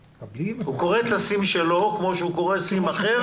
האיכון קורא את הסים שלו כפי שהוא קורא סים אחר.